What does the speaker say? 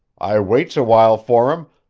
i waits a while for him,